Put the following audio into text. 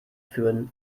führen